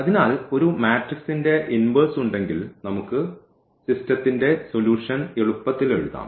അതിനാൽ ഒരു മാട്രിക്സിന്റെ ഇൻവേഴ്സ് ഉണ്ടെങ്കിൽ നമുക്ക് സിസ്റ്റത്തിന്റെ സൊലൂഷൻ എളുപ്പത്തിൽ എഴുതാം